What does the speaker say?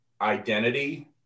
identity